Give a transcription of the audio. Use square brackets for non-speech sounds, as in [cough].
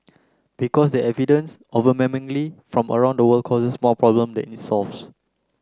because the evidence [unintelligible] from around the world causes more problems than it solves